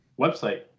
website